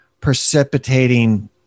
precipitating